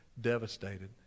devastated